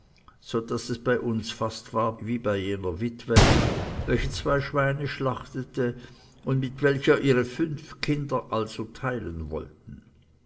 so daß es bei uns war fast wie bei jener witwe welche zwei schweine schlachtete und mit welcher ihre fünf kinder teilen wollten